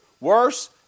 worse